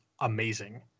amazing